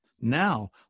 Now